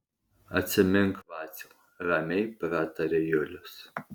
atsimink vaciau ramiai prataria julius